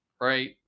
right